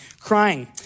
crying